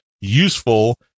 useful